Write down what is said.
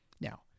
now